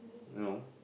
no